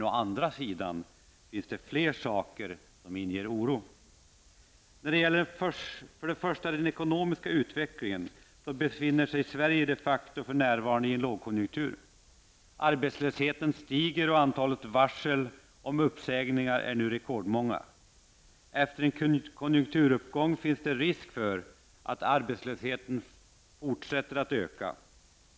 Å andra sidan finns det fler saker som inger oro. När det gäller den ekonomiska utvecklingen befinner sig Sverige de facto i en lågkonjunktur. Arbetslösheten stiger, och antalet varsel om uppsägningar är nu rekordstor. Efter en konjunkturuppgång finns det risk för att arbetslösheten fortsätter att öka.